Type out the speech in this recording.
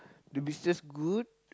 to be just good